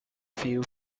few